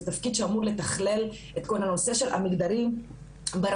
זה תפקיד שאמור לתכלל את כל הנושא של המגדרים ברשויות,